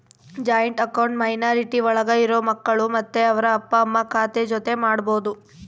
joint account minority ಒಳಗ ಇರೋ ಮಕ್ಕಳು ಮತ್ತೆ ಅವ್ರ ಅಪ್ಪ ಅಮ್ಮ ಖಾತೆ ಜೊತೆ ಮಾಡ್ಬೋದು